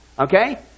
Okay